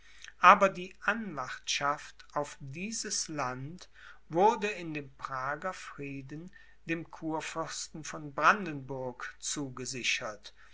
aber die anwartschaft auf dieses land wurde in dem prager frieden dem kurfürsten von brandenburg zugesichert